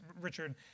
Richard